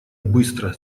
быстро